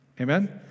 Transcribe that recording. Amen